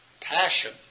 passion